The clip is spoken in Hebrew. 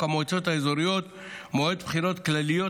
המועצות האזוריות (מועד בחירות כלליות),